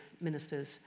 ministers